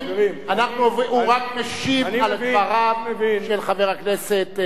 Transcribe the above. הוא רק משיב על דבריו של חבר הכנסת דנון,